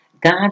God